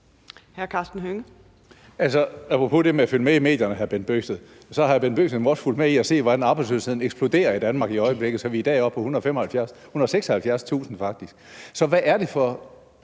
Karsten Hønge (SF): Apropos det med at følge med i medierne har hr. Bent Bøgsted måske også fulgt med i og set, hvordan arbejdsløsheden eksploderer i Danmark i øjeblikket, så vi i dag er oppe på 175.000 eller